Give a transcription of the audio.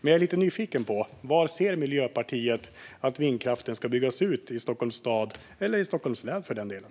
Jag är lite nyfiken: Var anser Miljöpartiet att vindkraften ska byggas ut i Stockholms stad eller, för den delen, i Stockholms län?